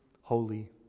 holy